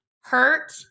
hurt